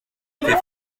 était